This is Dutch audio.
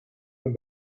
mijn